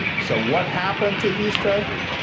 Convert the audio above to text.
so what happened to these treasures?